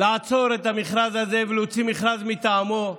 לעצור את המכרז הזה ולהוציא מכרז מטעמו,